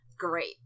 great